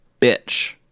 Bitch